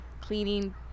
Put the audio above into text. Cleaning